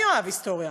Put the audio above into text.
מי יאהב היסטוריה?